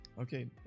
Okay